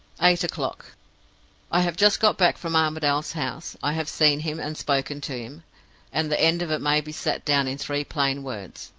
eight o'clock i have just got back from armadale's house. i have seen him, and spoken to him and the end of it may be set down in three plain words.